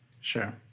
Sure